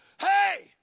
Hey